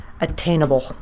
attainable